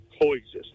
coexist